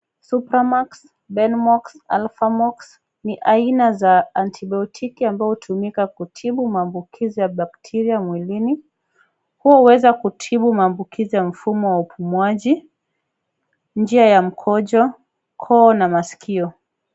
Supermax, Benmox, Alphamox ni aina ya antibiotiki ambayo hutumika kutibu maambkizi ya bakteria mwilini. Pia yaweza kutibu maambukizi ya mfumo wa upumuaji, njia ya mkojo, koo na masikio.